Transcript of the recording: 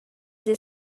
the